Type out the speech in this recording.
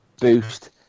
boost